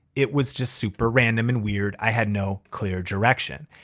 it was just super random and weird. i had no clear direction.